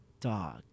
Dog